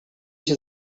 się